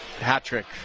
Hat-trick